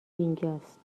اینجاست